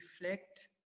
reflect